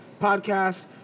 podcast